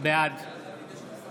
בעד